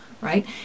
right